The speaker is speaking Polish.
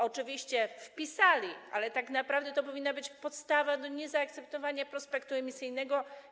Oczywiście wpisali, ale tak naprawdę to powinna być podstawa do niezaakceptowania prospektu emisyjnego.